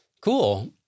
Cool